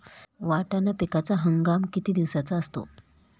वाटाणा पिकाचा हंगाम किती दिवसांचा असतो?